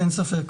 אין ספק.